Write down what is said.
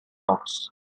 rocks